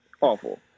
awful